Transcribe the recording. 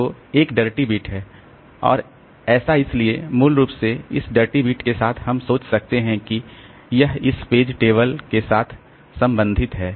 तो एक dirty bit है और ऐसा इसलिए मूल रूप से इस डर्टी बिट के साथ हम सोच सकते हैं कि यह इस पेज टेबल के साथ संबंधित है